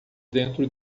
dentro